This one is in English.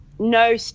No